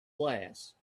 glass